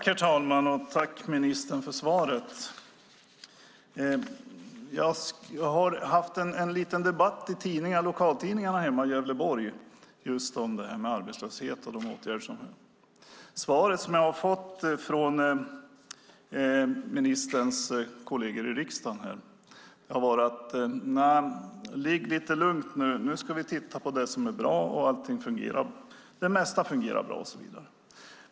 Herr talman! Tack, ministern, för svaret! Jag har haft en liten debatt i lokaltidningarna hemma i Gävleborg om just arbetslöshet och åtgärder mot den. Det svar som jag har fått från ministerns kolleger i riksdagen har varit: Ligg lite lugnt, nu ska vi se på det som är bra, och det mesta fungerar bra!